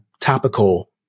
topical